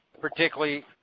particularly